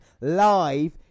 live